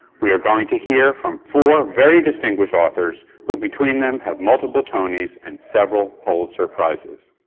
we are going to hear from four very distinguished authors, who between them have multiple tonys and several pulitzer prizes.